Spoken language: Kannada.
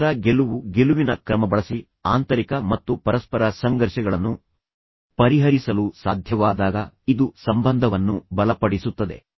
ತದನಂತರ ನಾವು ಗೆಲುವು ಗೆಲುವಿನ ಕ್ರಮ ಬಳಸಿ ಆಂತರಿಕ ಮತ್ತು ಪರಸ್ಪರ ಸಂಘರ್ಷಗಳನ್ನು ಪರಿಹರಿಸಲು ಸಾಧ್ಯವಾದಾಗ ಇದು ಸಂಬಂಧವನ್ನು ಬಲಪಡಿಸುತ್ತದೆ